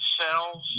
cells